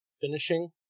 finishing